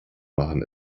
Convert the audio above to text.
machen